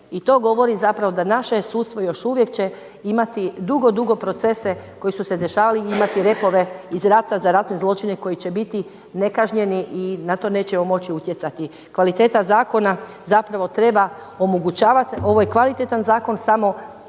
i to govori zapravo da naše sudstvo još uvijek će imati dugo, dugo procese koji su se dešavali i imati repove iz rata, za ratne zločine koji će biti nekažnjeni i na to nećemo moći utjecati. Kvaliteta zakona zapravo treba omogućavati. Ovo je kvalitetan zakon samo